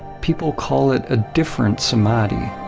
people call it a different samadhi.